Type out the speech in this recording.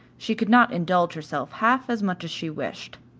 she could not indulge herself half as much as she wished.